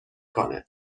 کنه